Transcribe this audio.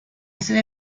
sede